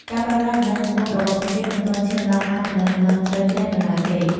ការប្រើប្រាស់បណ្ដាញសង្គមរបស់ពួកគេមិនទាន់ឈានដល់ការទំនាក់ទំនងជ្រៅជ្រះនៅឡើយទេ។